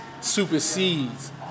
supersedes